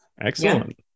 Excellent